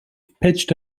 pitched